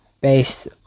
based